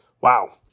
wow